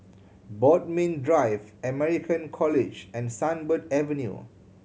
Bodmin Drive American College and Sunbird Avenue